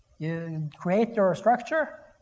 you create your structure